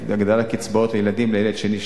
הגדלת קצבאות הילדים לילד שני,